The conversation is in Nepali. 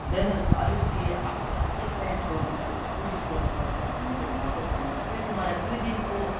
हुँदैन रहेछ अलिकती आफुले अझै प्रयास गर्नु पर्ने छ कोसिस गर्नु पर्छ भन्ने चाहिँ भएको थियो मलाई त्यो चाहिँ मलाई त्यो दिनको